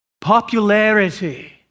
popularity